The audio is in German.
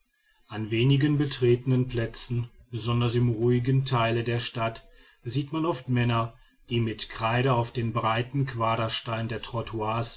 an wenigen betretenen plätzen besonders im ruhigen teile der stadt sieht man oft männer die mit kreide auf den breiten quadersteinen der